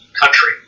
country